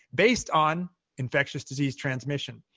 based on infectious disease transmission.